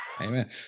Amen